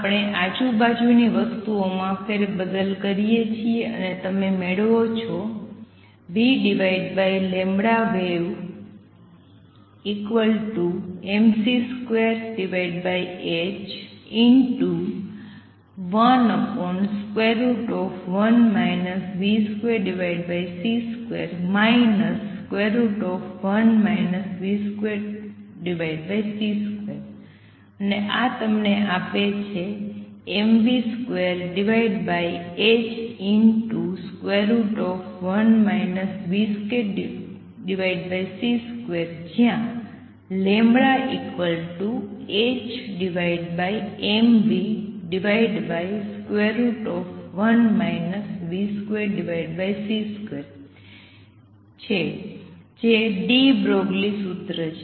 આપણે આજુબાજુની વસ્તુઓમાં ફેરબદલ કરીએ છીએ અને તમે મેળવો છો vwave mc2h11 v2c2 1 v2c2 અને આ તમને આપે છે mv2h1 v2c2 જ્યાં λhmv1 v2c2 છે જે ડી બ્રોગલી સૂત્ર છે